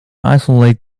isolate